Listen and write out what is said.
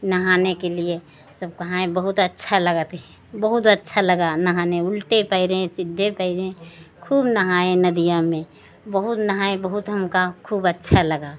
नहाने के लिए सब कहे बहुत अच्छा लगता है बहुत अच्छा लगा नहाने उल्टे पैरें सीधे पैरे खूब नहाए नदिया में बहुत नहाए बहुत हमका खूब अच्छा लगा